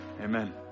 Amen